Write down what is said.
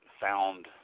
found